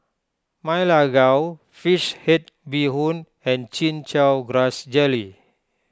Ma Lai Gao Fish Head Bee Hoon and Chin Chow Grass Jelly